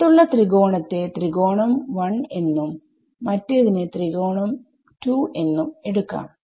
പുറത്തുള്ള ത്രികോണത്തെ ത്രികോണം 1എന്നും മറ്റേത് ത്രികോണം 2 എന്നും എടുക്കാം